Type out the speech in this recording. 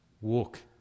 Walk